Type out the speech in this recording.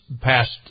past